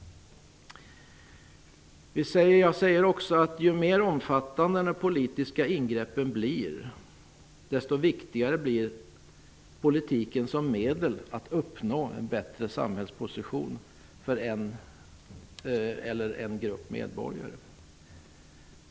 Ju mer omfattande de politiska ingreppen blir desto viktigare blir politiken som medel att uppnå en bättre samhällsposition för en grupp medborgare.